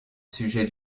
sujet